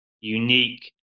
unique